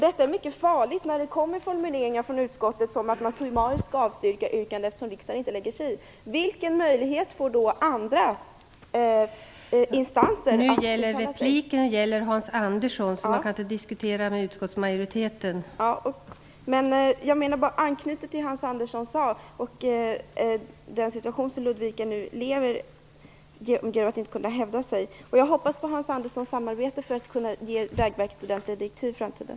Det är mycket farligt när det kommer formuleringar från utskottet om att man summariskt skall avstyrka yrkanden eftersom riksdagen inte lägger sig i. Vilken möjlighet får då andra instanser att uttala sig? Jag vill anknyta till det som Hans Andersson sade om den situation som finns i Ludvika där man inte kan hävda sig. Jag hoppas på samarbete med Hans Andersson för att kunna ge Vägverket ordentliga direktiv i framtiden.